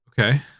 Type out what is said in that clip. Okay